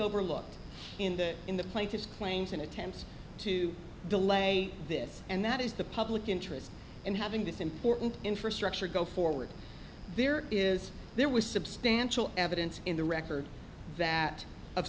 overlooked in the in the plaintiff's claims in attempts to delay this and that is the public interest in having this important infrastructure go forward there is there was substantial evidence in the record that